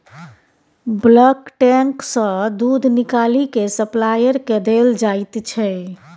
bulk tank सँ दुध निकालि केँ सप्लायर केँ देल जाइत छै